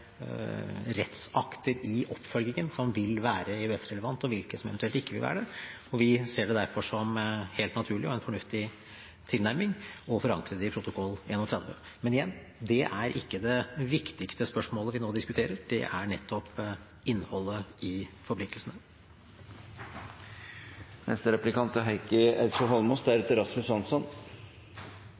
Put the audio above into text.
rettsakter i oppfølgingen som vil være EØS-relevant, og hvilke som eventuelt ikke vil være det. Vi ser det derfor som helt naturlig og en fornuftig tilnærming å forankre det i protokoll 31. Men igjen – det er ikke det viktigste spørsmålet vi nå diskuterer. Det er nettopp innholdet i forpliktelsene. Jeg hører at statsråden sier at det viktigste ikke er